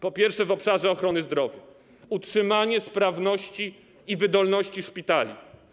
Po pierwsze, w obszarze ochrony zdrowia: utrzymanie sprawności i wydolności szpitali.